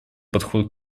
подход